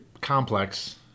complex